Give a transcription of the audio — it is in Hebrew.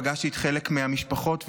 פגשתי חלק מהמשפחות,